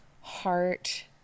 heart